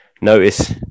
Notice